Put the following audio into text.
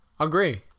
Agree